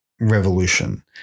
revolution